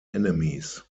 enemies